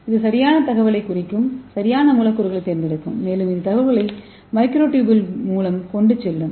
இது சரியான தகவலைக் குறிக்கும் சரியான மூலக்கூறுகளைத் தேர்ந்தெடுக்கும் மேலும் இது தகவல்களை மைக்ரோ டுபுள் மூலம் கொண்டு செல்லும்